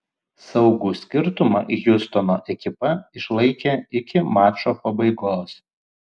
saugų skirtumą hjustono ekipa išlaikė iki mačo pabaigos